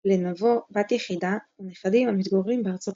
לנבו בת יחידה ונכדים המתגוררים בארצות הברית.